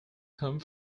come